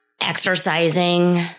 Exercising